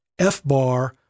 FBAR